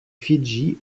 fidji